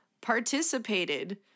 participated